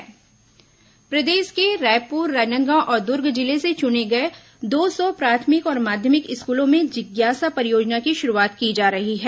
school जिज्ञासा परियोजना प्रदेश के रायपुर राजनांदगांव और दुर्ग जिले से चुने गए दो सौ प्राथमिक और माध्यमिक स्कूलों में जिज्ञासा परियोजना की शुरूआत की जा रही है